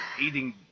eating